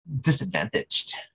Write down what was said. disadvantaged